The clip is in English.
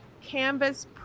Canvas